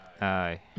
Aye